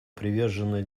привержена